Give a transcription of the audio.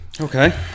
Okay